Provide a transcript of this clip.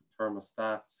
thermostats